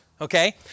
Okay